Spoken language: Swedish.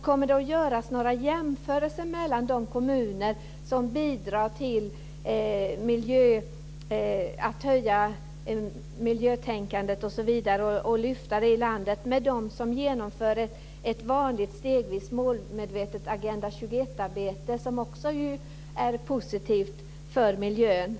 Kommer det att göras några jämförelser mellan de kommuner som bidrar till att öka och lyfta fram miljötänkandet med dem som genomför ett vanligt stegvis målmedvetet Agenda 21-arbete, som ju också är positivt för miljön?